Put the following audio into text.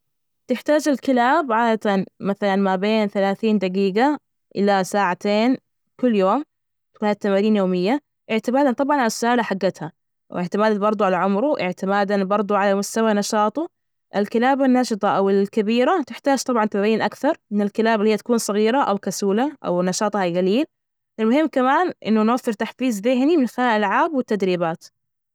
تحتاج الكلاب عادة مثلا ما بين ثلاثين دجيجة إلى ساعتين، كل يوم، تكون التمارين يومية. اعتبارا طبعا على السلالة، حجتها، واعتمادا برضو على عمره. إعتمادا برضه على مستوى نشاطه الكلاب الناشطة أو الكبيرة، تحتاج طبعا تبين أكثر من الكلاب إللي هي تكون صغيرة أو كسولة أو نشاطها جليل، المهم كمان إنه نوفر تحفيز ذهني من خلال الألعاب والتدريبات.